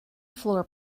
floor